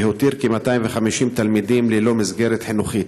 והותיר כ-250 תלמידים ללא מסגרת חינוכית.